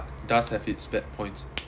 does have its bad points